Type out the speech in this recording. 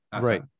Right